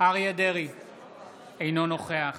אינו נוכח